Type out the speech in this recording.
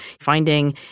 finding